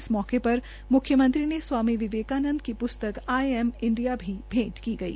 इस मौके पर मुख्यमंत्री को स्वामी विवेकानंद की पुस्तक आई एम इंडिया भी भेंट की गई